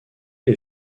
les